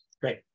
Great